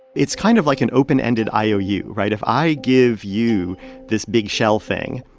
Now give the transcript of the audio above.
it's kind of like an open-ended iou, right? if i give you this big shell thing,